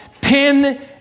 pin